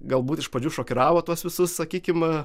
galbūt iš pradžių šokiravo tuos visus sakykim